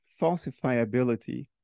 falsifiability